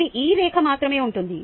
ఇది ఈ రేఖ మాత్రమే ఉంటుంది